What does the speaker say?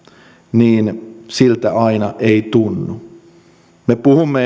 siltä aina ei tunnu me puhumme